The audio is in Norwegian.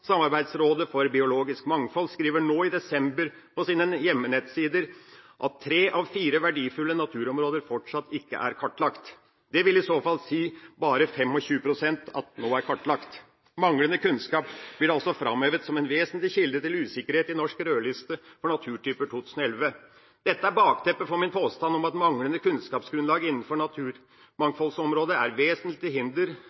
Samarbeidsrådet for biologisk mangfold, skriver nå i desember på sine hjemmesider at tre av fire verdifulle naturområder fortsatt ikke er kartlagt. Det vil i så fall si at bare 25 pst. nå er kartlagt. Manglende kunnskap blir altså framhevet som en vesentlig kilde til usikkerhet i Norsk rødliste for naturtyper 2011. Dette er bakteppet for min påstand om at manglende kunnskapsgrunnlag innenfor